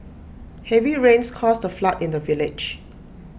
heavy rains caused A flood in the village